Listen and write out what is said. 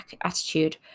attitude